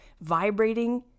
vibrating